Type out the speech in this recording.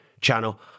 channel